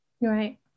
Right